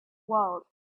world